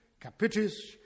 capitis